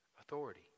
authority